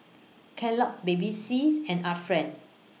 Kellogg's Baby says and Art Friend